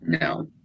no